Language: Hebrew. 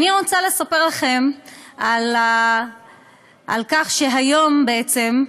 אני רוצה לספר לכם על כך שהיום, בעצם,